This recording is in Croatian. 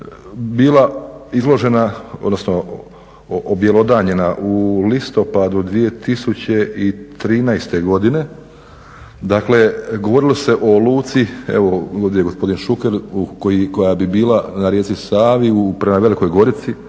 bila izložena, odnosno objelodanjena u listopadu 2013. godine, dakle govorilo se o luci, evo ovdje je gospodin Šuker, koja bi bila na rijeci Savi prema Velikoj Gorici,